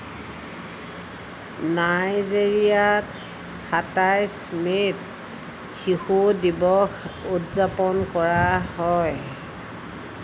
নাইজেৰিয়াত সাতাইছ মে'ত শিশু দিৱস উদযাপন কৰা হয়